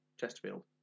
Chesterfield